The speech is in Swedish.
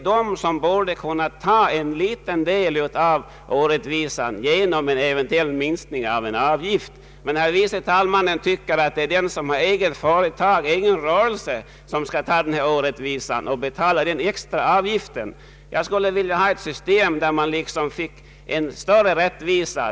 Detta borde kunna bära en liten del av orättvisan genom en eventuell minskning av en avgift, men herr förste vice talmannen tycker att den som har egen rörelse skall kunna acceptera denna orättvisa och betala extra avgift. Jag skulle vilja ha ett system som innebär en större rättvisa.